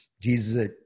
Jesus